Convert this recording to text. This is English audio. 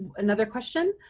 another question,